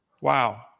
Wow